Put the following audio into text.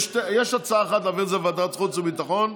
יש הצעה אחת להעביר את זה לוועדת חוץ וביטחון,